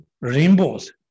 rainbows